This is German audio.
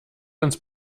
ins